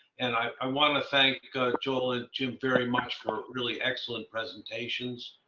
and i want to thank joel and jim very much for really excellent presentations.